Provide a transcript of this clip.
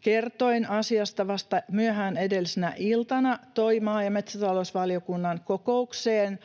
kertoen asiasta vasta myöhään edellisenä iltana toi maa- ja metsätalousvaliokunnan kokoukseen